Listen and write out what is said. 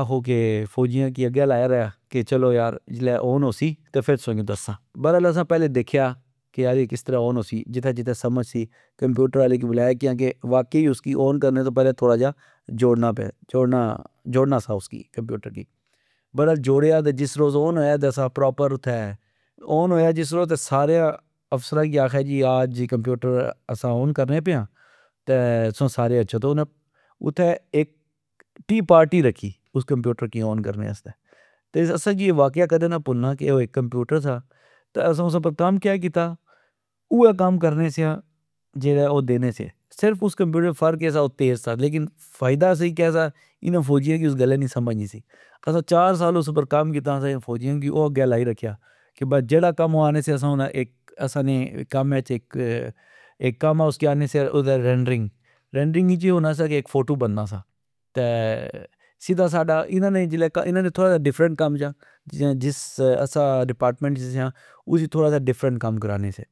آکھو کی فوجیا کی اگہ لایا ریا کہ چلو یار جسلہ اون ہوسی اسلہ تسا کی دسا برل اسا پہلے دیکھیا کہ یار اے کسرہ اون ہوسی جتھہ جتھہ سمج سی کمپیوٹر آلے کی بلایا کیانکہ واقع اسکی اون کرنے پہلے اسی تھوڑا جوڑنا پہ جوڑنا سا اسکی کمپیوتر کی ۔برل جوڑیا تہ جس روز اون ہونا اسا پراپر اتھہ اون ہیا جس روز ،سارے افسرا کی آکھیا جی آج کمپیوٹر اس اون کرنے پے آ تہ تسا سارے اچھو تہ انا اتھہ اک تی پارٹی رکھی ،اس کمپیوٹر کی اون کرنے آستہ۔ تہ اسا کی او واقع کدہ نے پلنا کہ او اک کمپیوٹر سا تہ اسا اس اپر کم کہ کیتا اوئہ کم کرنے سیا جیڑا او دینے سے صرف اس کمپیوٹر اپر فرق کہ سا کہ او تیز سا۔ لیکن فائدا اسا کی کہ سا انا فوجیا کی اس گلہ نی سمج نے سی ،اسا چار سال اس اپر کم کیتا اسا فوجیا کی او اگہ لائی رکھیا کہ بس جیڑا کم او آکھنے ہونے سے اسا نے کمہز ،اک کم سا اسی ادر آکھنے سے رینڈرنگ رینڈرنگ اچ اے ہونا سا کہ اک فوٹو بننا سا ،تہ سدا سادا انا نا تھوڑا ڈفرینٹ کم جا جس اسا ڈیپارٹمنٹ اچ سیا اسیچ تھوڑا ڈفرنٹ کم کرانے سے